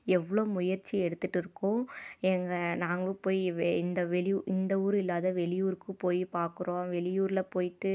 எவ்வளோ முயற்சி எடுத்துகிட்டுருக்கோம் எ நாங்களும் போய் வெ இந்த வெளியூ இந்த ஊர் இல்லாத வெளியூருக்கு போய் பார்க்குறோம் வெளியூரில் போய்விட்டு